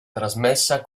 trasmessa